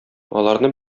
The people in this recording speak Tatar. аларны